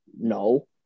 No